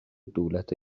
دولت